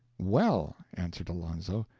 well, answered alonzo,